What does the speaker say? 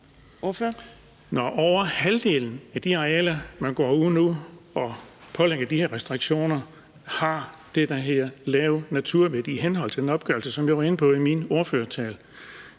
Når over halvdelen af de arealer, som man nu går ud og pålægger de her restriktioner, i henhold til den opgørelse, som jeg var inde på i min ordførertale,